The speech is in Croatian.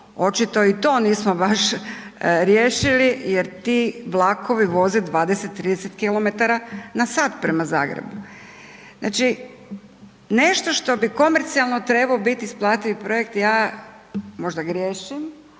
očito i to nismo baš riješili jer ti vlakovi voze 20, 30 km/h prema Zagrebu. Znači nešto što bi komercijalno trebao biti isplativ projekt, ja možda griješim,